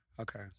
Okay